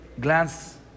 glance